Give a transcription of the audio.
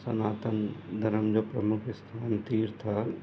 सनातन धर्म जो प्रमुख आस्थानु तिर्थल